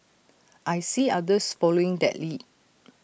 I see others following that lead